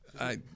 I-